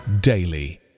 daily